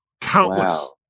Countless